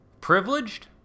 Privileged